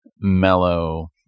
mellow